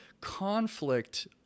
conflict